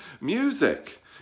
music